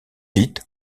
vite